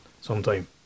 sometime